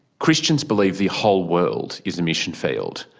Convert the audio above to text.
christians believe the whole world is a mission field.